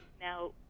now